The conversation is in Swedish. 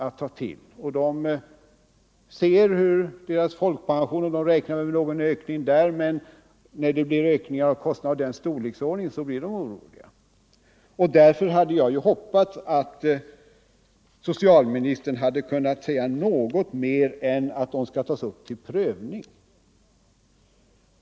De räknar väl med att deras folkpension skall öka, men när det blir ökningar av denna storleksordning när det gäller deras kostnader då blir de oroliga. Därför hade jag hoppats att socialministern kunnat säga något mer än att detta skall tas upp till prövning.